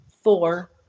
four